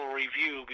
review